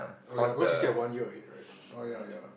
oh ya because you still have one year ahead right uh ya ya